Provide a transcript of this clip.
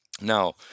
Now